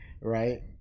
right